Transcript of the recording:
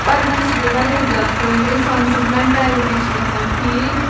پَرنَس چھِ بیٚیہِ واریاہ زیادٕ فٲیِدٕ اِنسان سٕنٛز مٮ۪نٹیلٹی چھِ گژھان ٹھیٖک